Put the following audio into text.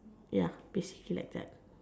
ya basically like that